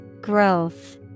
Growth